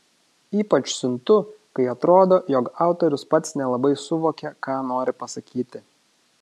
ypač siuntu kai atrodo jog autorius pats nelabai suvokė ką nori pasakyti